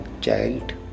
child